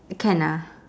can ah